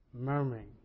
Murmuring